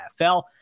NFL